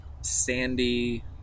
sandy